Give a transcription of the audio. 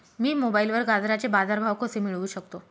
मी मोबाईलवर गाजराचे बाजार भाव कसे मिळवू शकतो?